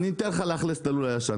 אני אתן לך לאכלס את הלול הישן.